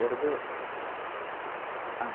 ചെറുത് ആ